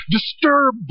Disturb